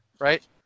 right